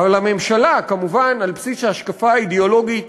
אבל הממשלה, כמובן על בסיס ההשקפה האידיאולוגית